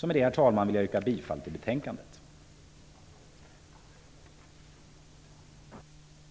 Med det, herr talman, vill jag yrka bifall till utskottets hemställan.